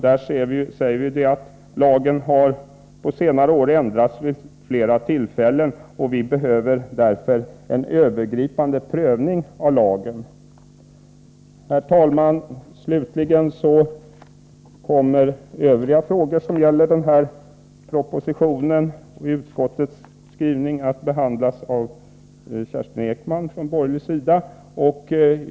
Där säger vi att lagen under senare år har ändrats vid flera tillfällen och att vi därför behöver en övergripande prövning av lagen. Herr talman! Övriga frågor som gäller denna proposition och utskottets skrivning kommer från borgerligt håll att behandlas av Kerstin Ekman.